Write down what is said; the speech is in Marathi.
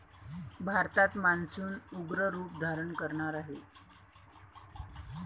भारतात मान्सून उग्र रूप धारण करणार आहे